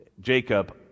Jacob